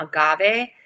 agave